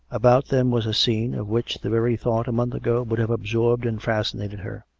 about them was a scene, of which the very thought, a month ago, would have absorbed and fascinated her.